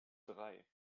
drei